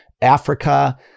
Africa